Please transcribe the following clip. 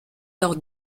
lors